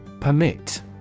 Permit